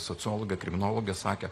sociologė kriminologė sakė